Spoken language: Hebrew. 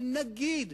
אבל נגיד,